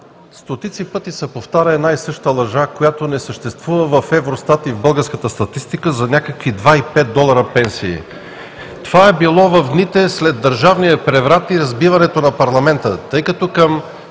стотици пъти се повтаря една и съща лъжа, която не съществува в Евростат и в българската статистика, за някакви 2 и 5 долара пенсии. Това е било в дните след държавния преврат и разбиването на парламента, тъй като